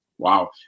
Wow